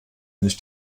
nicht